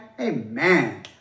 Amen